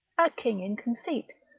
a king in conceit,